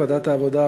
ועדת העבודה,